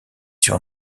sur